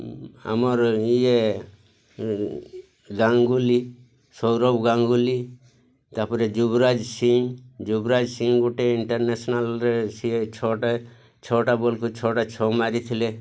ଆମର ଇଏ ଗାଙ୍ଗୋଲି ସୌରଭ ଗାଙ୍ଗୋଲି ତା'ପରେ ଯୁବରାଜ ସିଂ ଯୁବରାଜ ସିଂ ଗୋଟେ ଇଣ୍ଟର୍ନ୍ୟାସ୍ନାଲ୍ରେ ସିଏ ଛଅଟା ଛଅଟା ବଲ୍କୁ ଛଅଟା ଛଅ ମାରିଥିଲେ